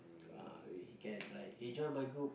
ah he can like eh join my group